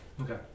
Okay